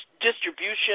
distribution